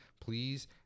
Please